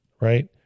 Right